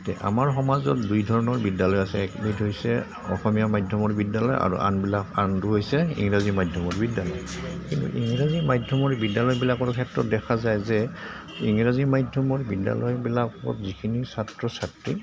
আমাৰ সমাজত দুই ধৰণৰ বিদ্যালয় আছে একবিধ হৈছে অসমীয়া মাধ্যমৰ বিদ্যালয় আৰু আনবিলাক আনটো হৈছে ইংৰাজী মাধ্যমৰ বিদ্যালয় কিন্তু ইংৰাজী মাধ্যমৰ বিদ্যালয়বিলাকৰ ক্ষেত্ৰত দেখা যায় যে ইংৰাজী মাধ্যমৰ বিদ্যালয়বিলাকত যিখিনি ছাত্ৰ ছাত্ৰী